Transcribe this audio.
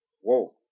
whoa